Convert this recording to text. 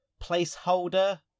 placeholder